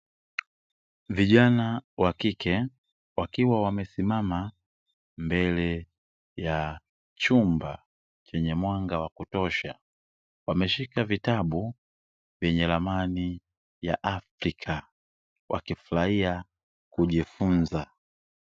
Vijana wa kike wakiwa wamesimama mbele ya chumba chenye mwanga wa kutosha, wameshika vitabu vyenye ramani ya Afrika wakifurahia kujifunza.